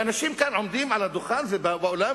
ואנשים כאן עומדים על הדוכן ובעולם